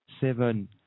seven